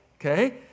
Okay